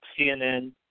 CNN